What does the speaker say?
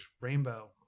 rainbow